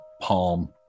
palm